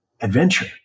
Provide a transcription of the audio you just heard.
adventure